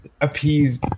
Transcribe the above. appease